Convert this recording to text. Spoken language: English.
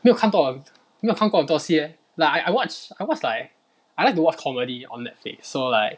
没有看到没有看过很多戏 leh like I I watch I watch like I like to watch comedy on Netflix so like